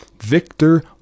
victor